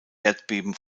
erdbeben